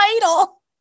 title